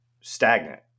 stagnant